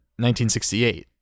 1968